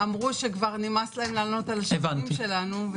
-- אבל אמרו שכבר נמאס להם לענות על השאלונים שלנו.